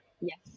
Yes